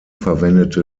verwendete